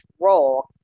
role